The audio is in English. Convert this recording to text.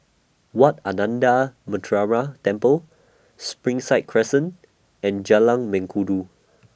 Wat Ananda Temple Springside Crescent and Jalan Mengkudu